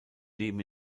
leben